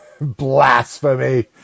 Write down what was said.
Blasphemy